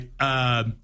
right